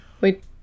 Wait